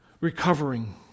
recovering